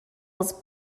was